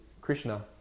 Krishna